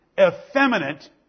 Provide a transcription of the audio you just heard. effeminate